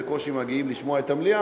הם בקושי מגיעים לשמוע את המליאה,